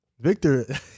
Victor